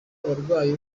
abarwayi